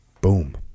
Boom